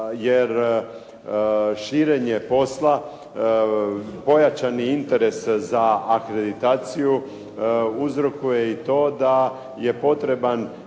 jer širenje posla, pojačani interes za akreditaciju uzrokuje i to da je potreban